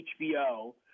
HBO